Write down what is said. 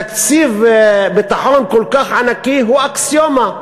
תקציב ביטחון כל כך ענק הוא אקסיומה,